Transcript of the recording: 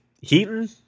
Heaton